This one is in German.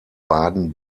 baden